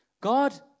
God